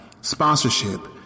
sponsorship